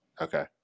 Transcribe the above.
Okay